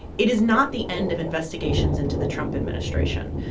it is not the end of investigations into the trump administration.